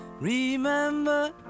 Remember